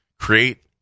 create